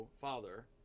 Father